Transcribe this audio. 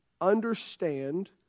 understand